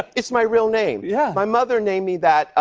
it's my real name. yeah. my mother named me that.